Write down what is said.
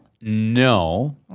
No